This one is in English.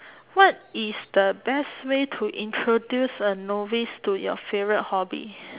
what is the best way to introduce a novice to your favourite hobby